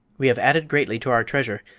we have added greatly to our treasure,